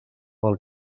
pel